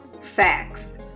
facts